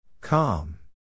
Calm